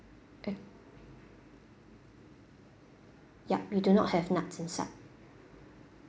eh yup we do not have nuts inside